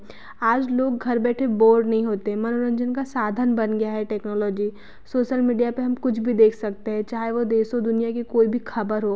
आज लोग घर बैठे बोर नहीं होते मनोरंजन का साधन बन गया है टेक्नोलॉजी सोसल मिडिया पर हम कुछ भी देख सकते हैं चाहे वह देशों दुनिया की कोई भी खबर हो